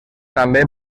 també